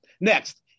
Next